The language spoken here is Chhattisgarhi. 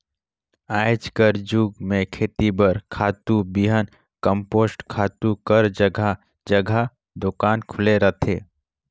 आएज कर जुग में खेती बर खातू, बीहन, कम्पोस्ट खातू कर जगहा जगहा दोकान खुले रहथे